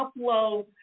upload